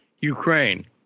Ukraine